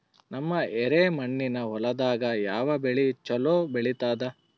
ನಮ್ಮ ಎರೆಮಣ್ಣಿನ ಹೊಲದಾಗ ಯಾವ ಬೆಳಿ ಚಲೋ ಬೆಳಿತದ?